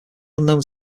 unknown